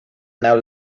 now